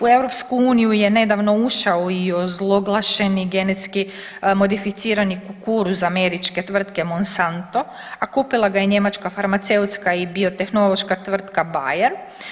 U EU je nedavno ušao i ozloglašeni genetski modificirani kukuruz američke tvrtke Monsanto, a kupila ga je njemačka farmaceutska i biotehnološka tvrtka Bayer.